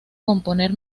componer